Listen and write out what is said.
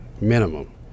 minimum